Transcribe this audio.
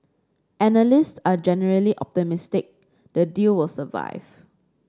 analysts are generally optimistic the deal will survive